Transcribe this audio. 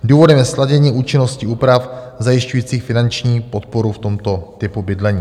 Důvodem je sladění účinnosti úprav zajišťujících finanční podporu v tomto typu bydlení.